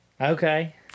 Okay